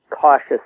cautious